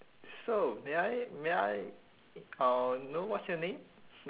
so may I may I uh know what's your name